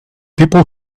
people